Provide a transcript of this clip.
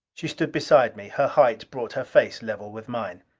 she stood beside me. her height brought her face level with mine.